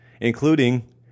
including